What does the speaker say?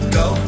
go